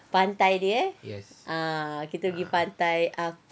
pantai dia eh ah kita pergi pantai